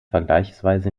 vergleichsweise